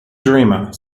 dreamer